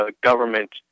government